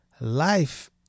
Life